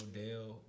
Odell